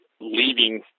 leaving